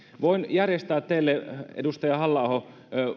voin järjestää teille edustaja halla aho